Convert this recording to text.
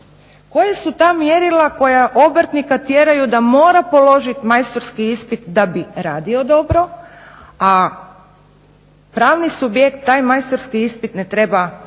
Koja su ta mjerila koja obrtnika tjeraju da mora položiti majstorski ispit da bi radio dobro, a pravni subjekt taj majstorski ispit ne treba